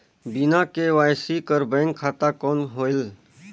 बिना के.वाई.सी कर बैंक खाता कौन होएल?